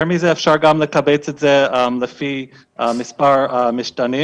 יותר מזה, אפשר גם לקבץ את זה לפי מספר משתנים.